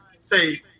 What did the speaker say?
say